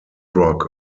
rock